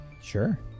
Sure